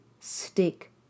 stick